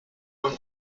own